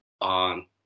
On